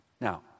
Now